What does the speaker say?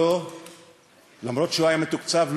אף שהיה מתוקצב,